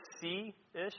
C-ish